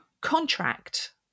contract